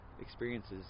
experiences